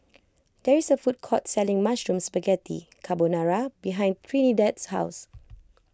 there is a food court selling Mushroom Spaghetti Carbonara behind Trinidad's house